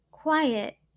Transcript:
Quiet